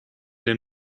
den